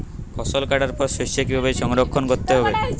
ফসল কাটার পর শস্য কীভাবে সংরক্ষণ করতে হবে?